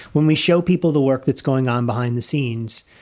when we show people the work that's going on behind the scenes,